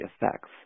effects